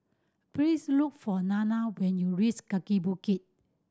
please look for Dana when you reach Kaki Bukit